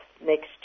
next